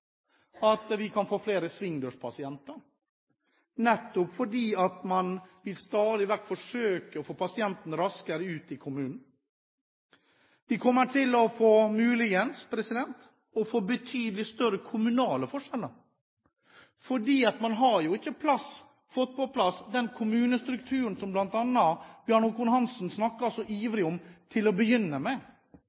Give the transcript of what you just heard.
at vi kan få flere svingdørspasienter, nettopp fordi man stadig vekk vil forsøke å få pasienten raskere ut i kommunen. Vi kommer muligens til å få betydelig større kommunale forskjeller, fordi man ikke har fått på plass den kommunestrukturen som bl.a. Bjarne Håkon Hanssen snakket så ivrig om til å begynne med,